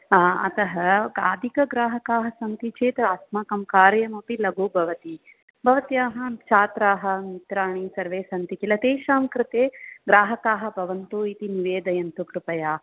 आ अत अधिकग्राहका सन्ति चेत् अस्माकं कार्यम् अपि लघु भवति भवत्या छात्रा मित्राणि सर्वे सन्ति किल तेषां कृते ग्राहका भवन्तु इति निवेदयन्तु कृपया